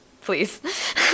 Please